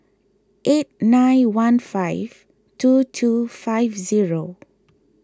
eight nine one five two two five zero